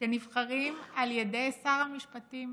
שנבחרים על ידי שר המשפטים